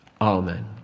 Amen